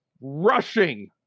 rushing